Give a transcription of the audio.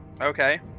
Okay